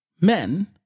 men